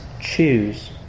choose